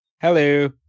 Hello